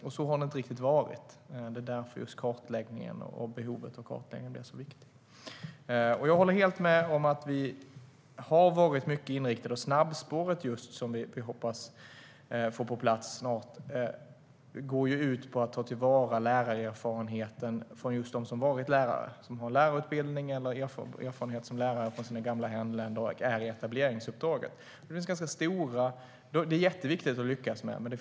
Men så har det inte riktigt varit, och det är just därför som kartläggningen är så viktig. Jag håller helt med om att vi har varit mycket inriktade på just snabbspåret, som vi hoppas få på plats snart. Det går ut på att ta till vara lärarerfarenheten hos just dem som har varit lärare, som har lärarutbildning eller erfarenhet som lärare från sina gamla hemländer och är i etableringsuppdraget. Det är jätteviktigt att lyckas med det.